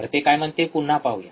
तर ते काय म्हणते पुन्हा पाहूया